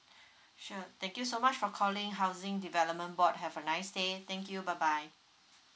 sure thank you so much for calling housing development board have a nice day thank you bye bye